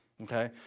Okay